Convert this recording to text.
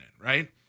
right